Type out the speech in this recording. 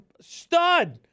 stud